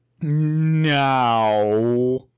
Now